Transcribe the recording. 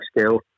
skill